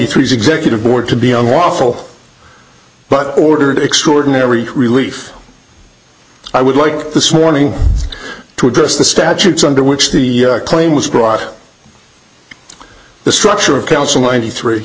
three's executive board to be unlawful but ordered extraordinary relief i would like this morning to address the statutes under which the claim was brought to the structure of council and three